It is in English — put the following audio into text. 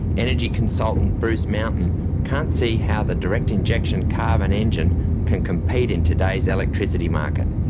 energy consultant bruce mountain can't see how the direct injection carbon engine can compete in today's electricity market.